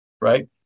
right